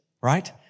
right